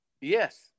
Yes